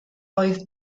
oedd